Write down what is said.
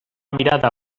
mirada